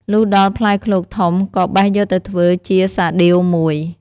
លុះដល់ផ្លែឃ្លោកធំក៏បេះយកទៅធ្វើជាសាដៀវមួយ។